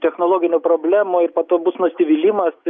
technologinių problemų ir po to bus nusivylimas